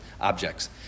objects